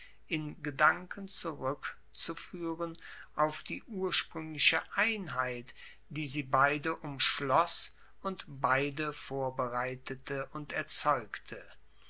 in gedanken zurueckzufuehren auf die urspruengliche einheit die sie beide umschloss und beide vorbereitete und erzeugte